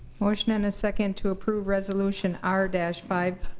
motion and a second to approve resolution r five